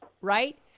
right